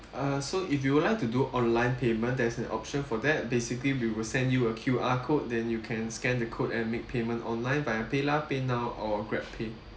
uh so if you would like to do online payment there's an option for that basically we will send you a Q_R code then you can scan the code and make payments online via PayLah PayNow or Grab pay